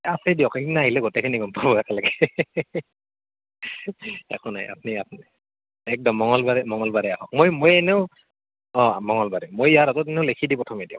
আছে দিয়ক সেইখিনি আহিলে গোটেইখিনি গম পাব একেলগে একো নাই আপুনি আহক একদম মংগলবাৰে মংগলবাৰে আহক মই এনেও হয় মংগলবাৰে মই ইয়াৰ আগৰদিনা এনেও লিখি দি পঠামে দিয়ক